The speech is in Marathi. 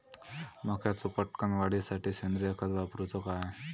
मक्याचो पटकन वाढीसाठी सेंद्रिय खत वापरूचो काय?